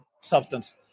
substance